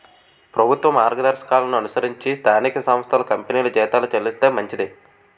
ప్రభుత్వ మార్గదర్శకాలను అనుసరించి స్థానిక సంస్థలు కంపెనీలు జీతాలు చెల్లిస్తే మంచిది